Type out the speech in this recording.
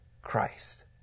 Christ